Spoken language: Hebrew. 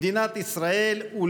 שנשכיל להצעיד את מדינת ישראל מחיל אל